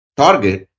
target